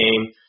game